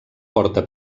porta